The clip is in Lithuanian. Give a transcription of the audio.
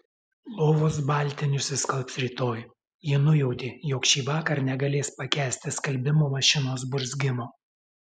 lovos baltinius išskalbs rytoj ji nujautė jog šįvakar negalės pakęsti skalbimo mašinos burzgimo